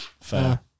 fair